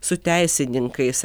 su teisininkais